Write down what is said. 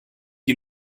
die